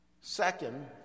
Second